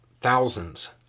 thousands